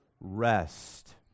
rest